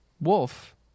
Wolf